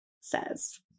says